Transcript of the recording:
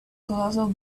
colossal